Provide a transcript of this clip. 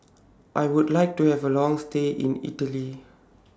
I Would like to Have A Long stay in Italy